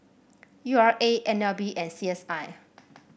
U R A N L B and C S I